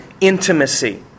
intimacy